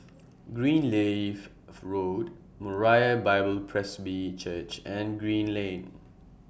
Greenleaf Road Moriah Bible Presby Church and Green Lane